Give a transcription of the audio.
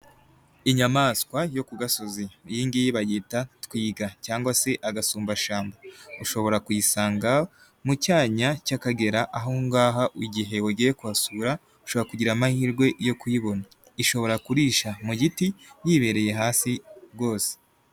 Inyamaswa yo ku gasozi iyi ngiyi bayita twiga cyangwa se agasumbashyamba, ushobora kuyisanga mu cyanya cy'akagera, aha ngaha igihe ugiye kuhasura ushobora kugira amahirwe yo kuyibona, ishobora kurisha mu giti yibereye hasi rwose.